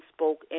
Spoke